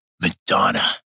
Madonna